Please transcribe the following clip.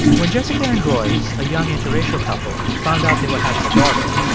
when jessica and royce, a young interracial couple, found out they were having a daughter,